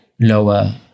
Lower